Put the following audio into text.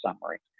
summary